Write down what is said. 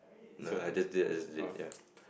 nah I just did I just did ya